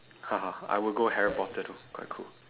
I will go harry potter though quite cool